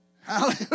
Hallelujah